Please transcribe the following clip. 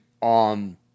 on